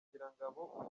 sharangabo